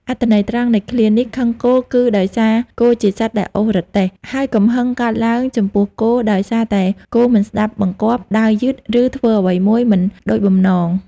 អត្ថន័យត្រង់នៃឃ្លាថា ខឹងគោ គឺដោយសារគោជាសត្វដែលអូសរទេះ ហើយកំហឹងកើតឡើងចំពោះគោ ដោយសារតែគោមិនស្ដាប់បង្គាប់ ដើរយឺត ឬធ្វើអ្វីមួយមិនបានដូចបំណង។